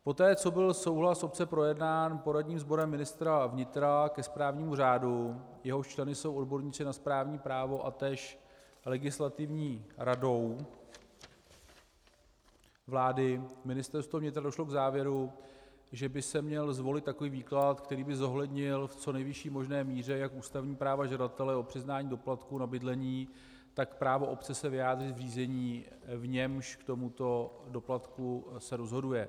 Poté co byl souhlas obce projednán poradním sborem ministra vnitra ke správnímu řádu, jehož členy jsou odborníci na správní právo, a též Legislativní radou vlády, Ministerstvo vnitra došlo k závěru, že by se měl zvolit takový výklad, který by zohlednil v co nejvyšší možné míře jak ústavní práva žadatele o přiznání doplatku na bydlení, tak právo obce se vyjádřit k řízení, v němž k tomuto doplatku se rozhoduje.